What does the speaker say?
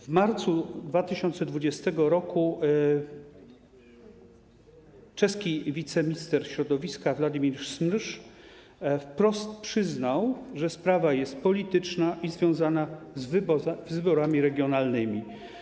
W marcu 2020 r. czeski wiceminister środowiska Vladislav Smrz wprost przyznał, że sprawa jest polityczna i związana z wyborami regionalnymi.